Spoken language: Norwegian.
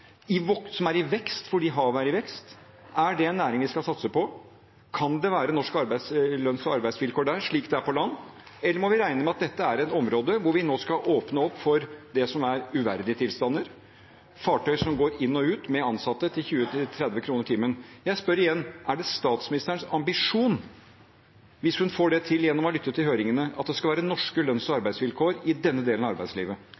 i vekst fordi havet er i vekst, en næring vi skal satse på? Kan det være norske lønns- og arbeidsvilkår der, slik det er på land? Eller må vi regne med at dette er et område hvor vi nå skal åpne opp for uverdige tilstander – fartøy som går inn og ut med ansatte til 30 kr i timen? Jeg spør igjen: Er det statsministerens ambisjon, hvis hun får det til gjennom å lytte til høringene, at det skal være norske lønns- og arbeidsvilkår i denne delen av arbeidslivet?